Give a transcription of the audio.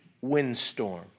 windstorm